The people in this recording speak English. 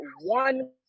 one